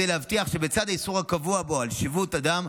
כדי להבטיח שבצד האיסור הקבוע בו על שיבוט אדם,